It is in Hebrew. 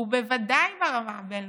ובוודאי ברמה הבין-לאומית.